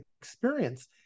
experience